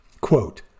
Quote